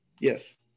Yes